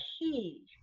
key